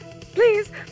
Please